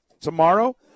tomorrow